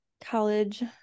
college